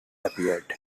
appeared